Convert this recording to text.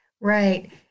Right